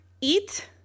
eat